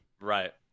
Right